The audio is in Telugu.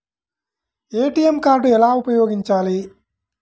ఏ.టీ.ఎం కార్డు ఎలా ఉపయోగించాలి?